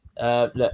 Look